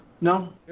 No